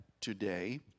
today